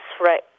Right